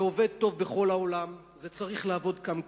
זה עובד טוב בכל העולם, זה צריך לעבוד גם כאן,